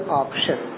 option